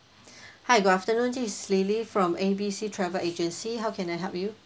hi good afternoon this is lily from A B C travel agency how can I help you